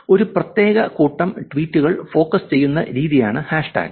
ഒരു പ്രത്യേക കൂട്ടം ട്വീറ്റുകൾ ഫോക്കസ് ചെയ്യുന്ന രീതിയാണ് ഹാഷ്ടാഗ്